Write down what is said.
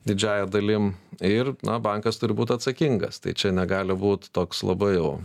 didžiąja dalim ir na bankas turi būt atsakingas tai čia negali būt toks labai jau